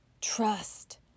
Trust